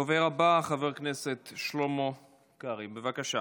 הדובר הבא, חבר הכנסת שלמה קרעי, בבקשה.